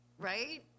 Right